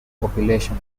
population